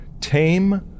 tame